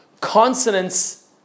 Consonants